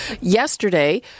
yesterday